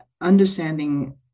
understanding